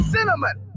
Cinnamon